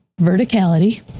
verticality